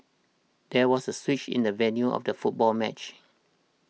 there was a switch in the venue of the football match